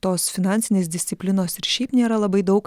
tos finansinės disciplinos ir šiaip nėra labai daug